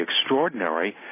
extraordinary